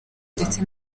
ndetse